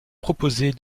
proposer